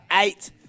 eight